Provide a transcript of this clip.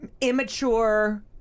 Immature